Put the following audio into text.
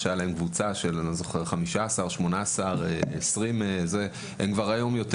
והייתה להם קבוצה של 15-20. היום הם כבר יותר מכפול.